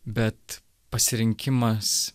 bet pasirinkimas